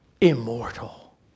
Immortal